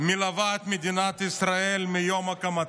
מלווה את מדינת ישראל מיום הקמתה,